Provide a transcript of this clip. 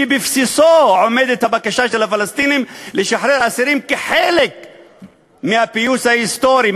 שבבסיסו עומדת הבקשה של הפלסטינים לשחרר אסירים כחלק מהפיוס ההיסטורי,